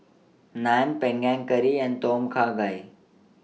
Naan Panang Curry and Tom Kha Gai